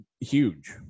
huge